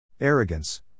Arrogance